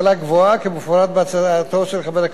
כמפורט בהצעתו של חבר הכנסת ברוורמן.